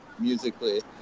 musically